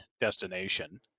destination